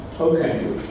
Okay